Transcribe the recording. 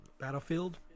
Battlefield